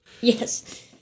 Yes